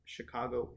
Chicago